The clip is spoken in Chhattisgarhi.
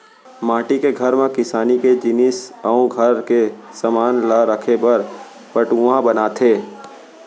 माटी के घर म किसानी के जिनिस अउ घर के समान ल राखे बर पटउहॉं बनाथे